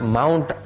Mount